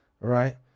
right